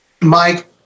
Mike